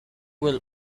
will